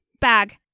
bag